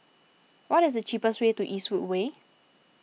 what is the cheapest way to Eastwood Way